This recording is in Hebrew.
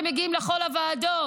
שמגיעים לכל הוועדות.